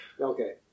Okay